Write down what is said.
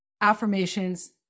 affirmations